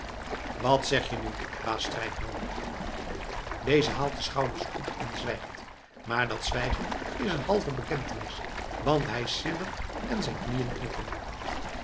wat zeg je nu baas strijkman deze haalt de schouders op en zwijgt maar dat zwijgen is een halve bekentenis want hij siddert en zijn knieën knikken